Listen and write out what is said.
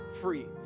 free